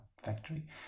Factory